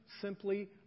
simply